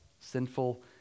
sinful